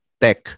tech